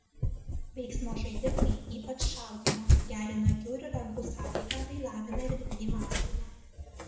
veiksmo žaidimai ypač šaudymo gerina akių ir rankų sąveiką bei lavina erdvinį mąstymą